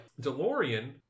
delorean